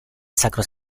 sacro